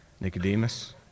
Nicodemus